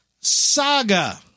saga